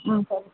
ம் சரி சார்